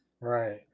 right